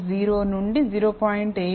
80 నుండి 0